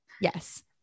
Yes